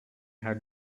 had